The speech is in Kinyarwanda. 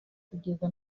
kugeza